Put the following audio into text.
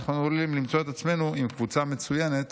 אנחנו עלולים למצוא את עצמנו עם קבוצה מצוינת